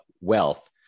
wealth